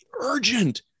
urgent